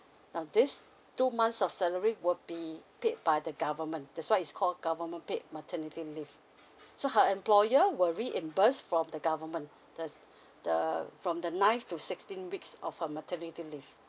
now this two months of salary will be paid by the government that's why is called government paid maternity leave so her employer will reimburse from the government the s~ the from the ninth to sixteen weeks of her maternity leave